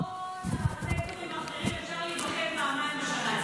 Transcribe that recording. בכל הסקטורים האחרים אפשר להיבחן פעמיים בשנה,